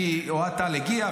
כי אוהד טל הגיע,